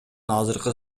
азыркы